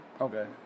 Okay